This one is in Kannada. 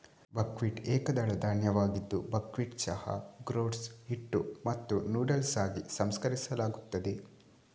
ಬಕ್ವೀಟ್ ಏಕದಳ ಧಾನ್ಯವಾಗಿದ್ದು ಬಕ್ವೀಟ್ ಚಹಾ, ಗ್ರೋಟ್ಸ್, ಹಿಟ್ಟು ಮತ್ತು ನೂಡಲ್ಸ್ ಆಗಿ ಸಂಸ್ಕರಿಸಲಾಗುತ್ತದೆ